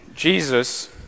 Jesus